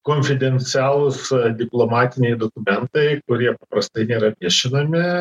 konfidencialūs diplomatiniai dokumentai kurie paprastai nėra viešinami